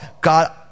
God-